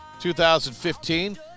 2015